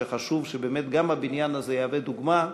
חשוב גם שהבניין הזה יהווה דוגמה.